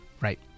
Right